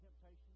temptation